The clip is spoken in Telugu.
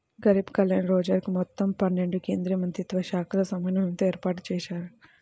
గరీబ్ కళ్యాణ్ రోజ్గర్ మొత్తం పన్నెండు కేంద్రమంత్రిత్వశాఖల సమన్వయంతో ఏర్పాటుజేశారు